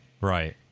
Right